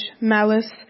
malice